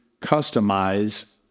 customize